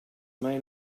main